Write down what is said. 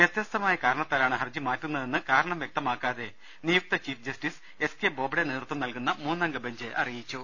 വ്യത്യസ്തമായ കാര ണത്താലാണ് ഹർജി മാറ്റുന്നതെന്ന് കാരണം വ്യക്തമാക്കാതെ നിയുക്ത chief justice S K Bobde നേതൃത്വം നൽകുന്ന മൂന്നംഗ ബഞ്ച് അറിയിച്ചു